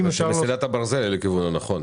אם כבר מדברים על רכבת, מסילת הברזל לכיוון הנכון.